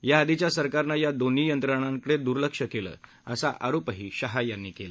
याआधीच्या सरकारनं या दोन्ही यंत्रणांकडे दुर्लक्ष केलं असा आरोपही शाह यांनी यावेळी केला